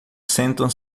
sentam